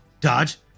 dodge